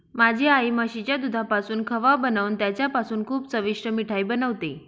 माझी आई म्हशीच्या दुधापासून खवा बनवून त्याच्यापासून खूप चविष्ट मिठाई बनवते